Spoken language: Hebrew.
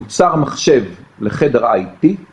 מוצר המחשב לחדר ה- IT